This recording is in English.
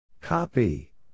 Copy